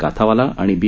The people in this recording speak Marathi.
काथावाला आणि बी